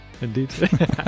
Indeed